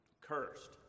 cursed